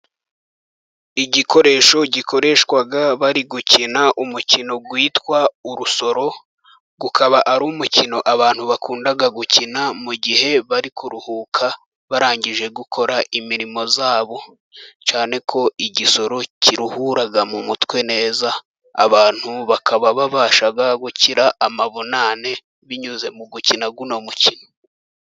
Igikoresho gikoreshwa bari gukina umukino witwa urusoro, akaba ari umukino abantu bakunda gukina mu gihe bari kuruhuka, barangije gukora imirimo yabo, cyane ko igisoro kiruhura mu mutwe neza ,abantu bakaba babasha gukira amavunane, binyuze mu gukina uno mukino.